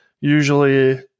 usually